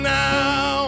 now